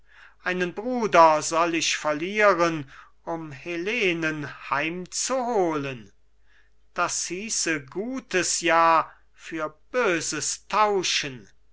einen bruder soll ich verlieren um helenen heimzuholen das hieße gutes ja für böses tauschen